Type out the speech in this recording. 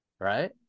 right